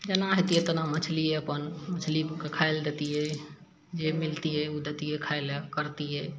जेना होइतियै तेना मछलिये अपन मछलीके खाइ लऽ दैतियै जे मिलतियै उ दैतियै खाइ लए करतियै